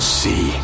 see